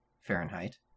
Fahrenheit